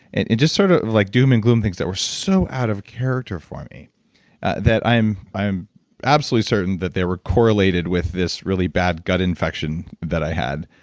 it just sort of like doom-and-gloom things that were so out of character for me that i'm i'm absolutely certain that they were correlated with this really bad gut infection that i had.